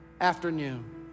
afternoon